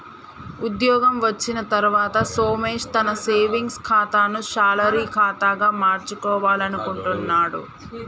ఉద్యోగం వచ్చిన తర్వాత సోమేష్ తన సేవింగ్స్ ఖాతాను శాలరీ ఖాతాగా మార్చుకోవాలనుకుంటున్నడు